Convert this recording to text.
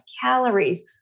calories